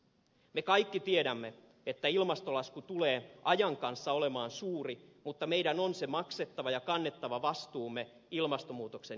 me kaikki tiedämme että ilmastolasku tulee ajan kanssa olemaan suuri mutta meidän on se maksettava ja kannettava vastuumme ilmastonmuutoksen hidastamisesta